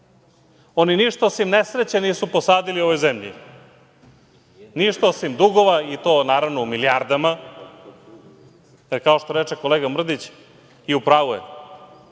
ništa osim nesreće nisu posadili u ovoj zemlji, ništa osim dugova i to, naravno, u milijardama. Kao što reče kolega Mrdić, i u pravu je,